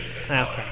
Okay